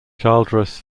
childress